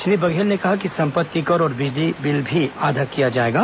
श्री बघेल ने कहा कि सम्पत्ति कर और बिजली का बिल भी आधा किया जाएगा